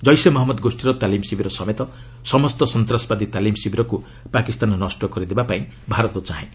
ଜୈସେ ମହଞ୍ଜଦ ଗୋଷୀର ତାଲିମ୍ ଶିବିର ସମେତ ସମସ୍ତ ସନ୍ତାସବାଦୀ ତାଲିମ୍ ଶିବିରକ୍ତ ପାକିସ୍ତାନ ନଷ୍ଟ କରିଦେବା ପାଇଁ ଭାରତ ଚାହେଁ